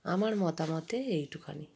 আমার মতামতে এইটুখানি